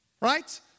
right